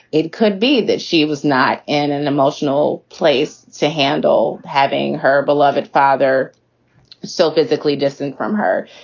it could be that she was not in an emotional place to handle having her beloved father still physically distant from her.